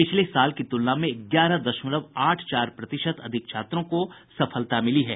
पिछले साल की तुलना में ग्यारह दशमलव आठ चार प्रतिशत अधिक छात्रों को सफलता मिली है